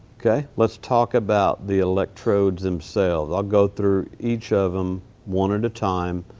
okay? let's talk about the electrodes themselves. i'll go through each of em one at a time.